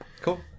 cool